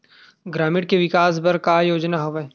ग्रामीणों के विकास बर का योजना हवय?